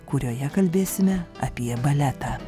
kurioje kalbėsime apie baletą